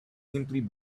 simply